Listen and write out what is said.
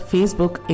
Facebook